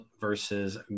versus